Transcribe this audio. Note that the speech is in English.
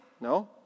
no